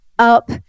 up